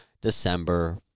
December